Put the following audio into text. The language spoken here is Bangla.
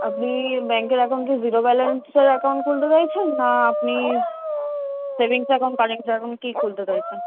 আপনি ব্যাংকের অ্যাকাউন্টে জিরো ব্যালেন্সের অ্যাকাউন্ট খুলতে চাইছেন না আপনি সেভিংস অ্যাকাউন্ট কারেন্ট অ্যাকাউন্ট কি খুলতে চাইছেন